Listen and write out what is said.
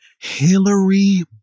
Hillary